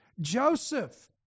Joseph